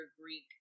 greek